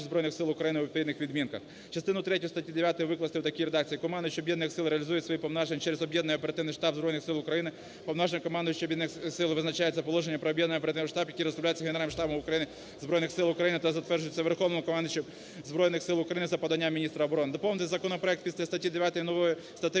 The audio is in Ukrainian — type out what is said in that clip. Збройних Сил України" у відповідних відмінках. Частину третю статті 9 викласти в такій редакції: "Командувач об'єднаних сил реалізує свої повноваження через об'єднаний оперативний штаб Збройних Сил України, повноваження командувача об'єднаних сил визначається положенням про об'єднаний оперативний штаб, яке розробляється Генеральним штабом Збройних Сил України та затверджується Верховним Головнокомандувачем Збройних Сил України за поданням міністра оборони". Доповнити законопроект після статті 9 новою статтею